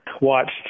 watched